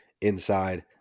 inside